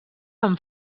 amb